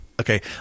okay